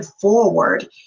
forward